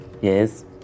Yes